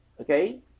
okay